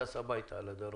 טס הביתה לדרום,